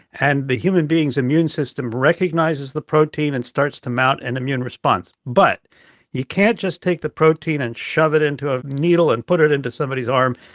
and the human being's immune system recognizes the protein and starts to mount an immune response, but you can't just take the protein and shove it into a needle and put it into somebody's arm.